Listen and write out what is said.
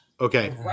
Okay